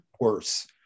worse